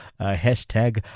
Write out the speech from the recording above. hashtag